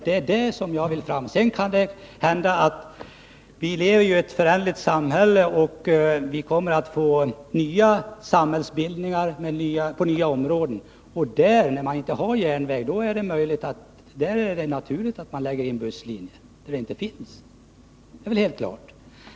Det är det som jag vill framhålla. Vi lever ju i en föränderlig värld, och det kommer att uppstå nya samhällsbildningar i nya områden. Det är naturligt att man lägger in busslinjer där man inte tidigare har järnväg.